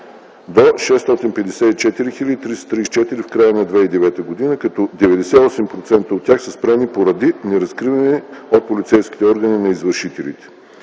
до 654 хил. 334 в края на 2009 г., като 98% от тях са спрени поради неразкриване от полицейските органи на извършителите.